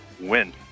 Win